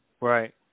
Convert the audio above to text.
Right